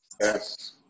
yes